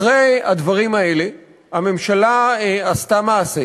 אחרי הדברים האלה הממשלה עשתה מעשה